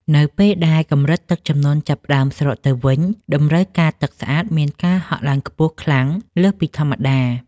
នៅពេលដែលកម្រិតទឹកជំនន់ចាប់ផ្ដើមស្រកទៅវិញ តម្រូវការទឹកស្អាតមានការហក់ឡើងខ្ពស់ខ្លាំងលើសពីធម្មតា។